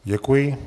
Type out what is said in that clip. Děkuji.